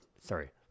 Sorry